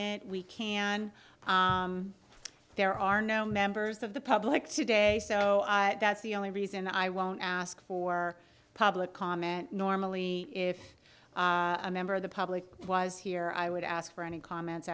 it we can there are no members of the public today so that's the only reason i won't ask for public comment normally if a member of the public was here i would ask for any comments